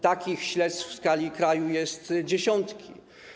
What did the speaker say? Takich śledztw w skali kraju są dziesiątki.